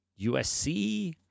USC